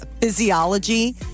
physiology